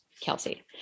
Kelsey